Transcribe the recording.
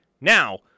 Now